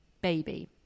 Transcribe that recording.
baby